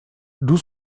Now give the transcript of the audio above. d’où